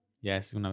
yes